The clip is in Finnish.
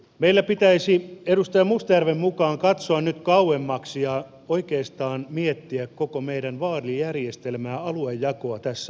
meidän pitäisi edustaja mustajärven mukaan katsoa nyt kauemmaksi ja oikeastaan miettiä koko meidän vaalijärjestelmää aluejakoa tässä maassa